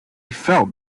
felt